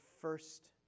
first